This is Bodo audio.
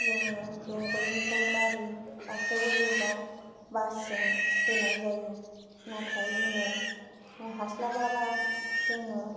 जोंङो बेंगलनिफ्राय गारि गाखोबोयोबा बासजों फैनाय जायो नाथाय जोंङो हास्लाबा बा जोंङो